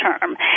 term